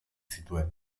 zituen